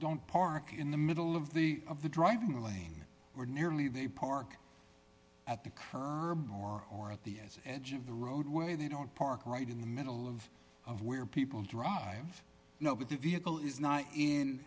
don't park in the middle of the of the driving lane where nearly they park at the curb nor or at the as edge of the roadway they don't park right in the middle of of where people drive now with the vehicle is not in